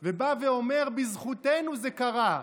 הוא בא ואומר: בזכותנו זה קרה,